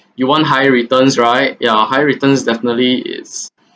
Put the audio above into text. you want higher returns right yeah higher returns definitely is